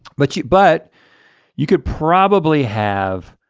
but you but you could probably have,